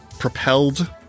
propelled